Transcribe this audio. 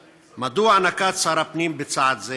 1. מדוע נקט שר הפנים צעד זה?